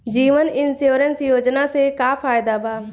जीवन insurance योजना से का फायदा बा?